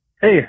Hey